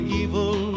evil